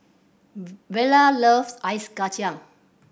Vella loves ice kacang